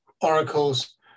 oracles